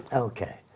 ok.